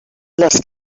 les